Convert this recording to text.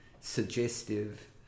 suggestive